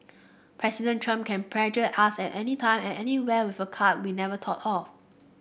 President Trump can pressure us at anytime at anywhere with a card we'd never thought of